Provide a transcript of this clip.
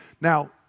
Now